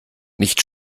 nicht